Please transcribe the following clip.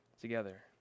together